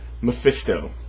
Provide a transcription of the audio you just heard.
Mephisto